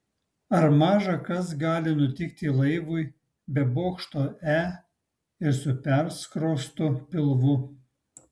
ar maža kas gali nutikti laivui be bokšto e ir su perskrostu pilvu